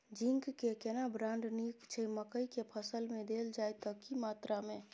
Zinc के केना brand नीक छैय मकई के फसल में देल जाए त की मात्रा में?